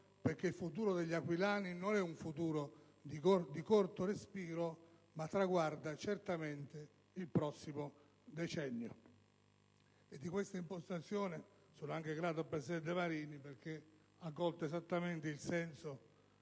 perché il futuro degli aquilani non è un futuro di corto respiro ma traguarda certamente il prossimo decennio. E di questa impostazione sono anche grato al presidente Marini, perché ha colto esattamente il senso